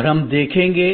और हम देखेंगे